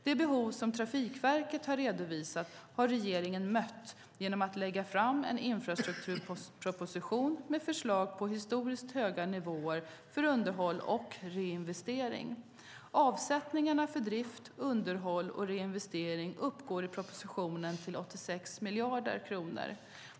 Det behov som Trafikverket har redovisat har regeringen mött genom att lägga fram en infrastrukturproposition med förslag på historiskt höga nivåer för underhåll och reinvestering. Avsättningarna för drift, underhåll och reinvestering uppgår i propositionen till 86 miljarder kronor.